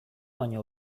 baino